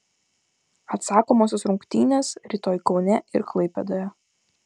atsakomosios rungtynės rytoj kaune ir klaipėdoje